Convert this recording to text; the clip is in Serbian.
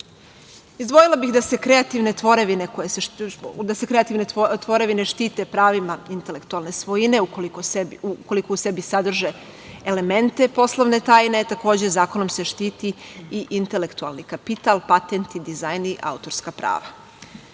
kazne. Izdvojila bih da se kreativne tvorevine štite pravima intelektualne svojine ukoliko u sebi sadrže elemente poslovne tajne, takođe zakonom se štiti i intelektualni kapital, patenti, dizajn i autorska prava. Ono